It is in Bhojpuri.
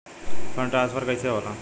फण्ड ट्रांसफर कैसे होला?